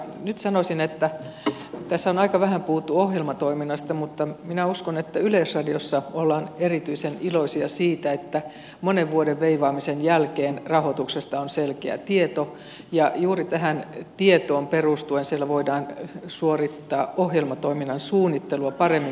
nyt sanoisin että tässä on aika vähän puhuttu ohjelmatoiminnasta mutta minä uskon että yleisradiossa ollaan erityisen iloisia siitä että monen vuoden veivaamisen jälkeen rahoituksesta on selkeä tieto ja juuri tähän tietoon perustuen siellä voidaan suorittaa ohjelmatoiminnan suunnittelua paremmin kuin tähän asti